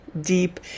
deep